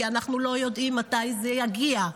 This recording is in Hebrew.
כי אנחנו לא יודעים מתי זה יגיע.